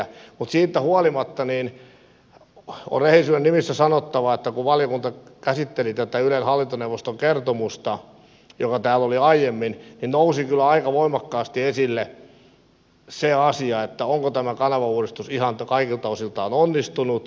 mutta siitä huolimatta on rehellisyyden nimissä sanottava että kun valiokunta käsitteli tätä ylen hallintoneuvoston kertomusta joka täällä oli aiemmin niin nousi kyllä aika voimakkaasti esille se asia onko tämä kanavauudistus ihan kaikilta osiltaan onnistunut